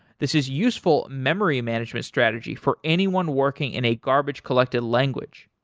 this is useful memory management strategy for anyone working in a garbage collected language.